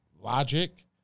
Logic